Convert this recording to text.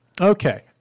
Okay